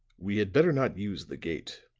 we had better not use the gate,